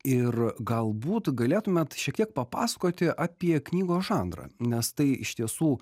ir galbūt galėtumėt šiek tiek papasakoti apie knygos žanrą nes tai iš tiesų